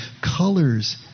colors